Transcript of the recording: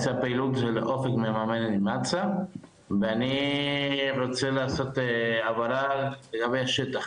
זה הפעילות שאופק מממנת עם הצ"ע ואני רוצה לעשות הבהרה לגבי שטח,